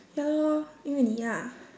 ya lor 因为你啊